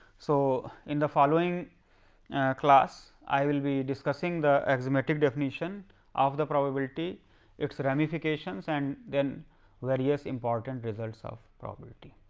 so, in the following class, i will be discussing the axiomatic definition of the probability its ramification, and then various important results of probability.